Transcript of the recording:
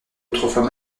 autrefois